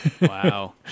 wow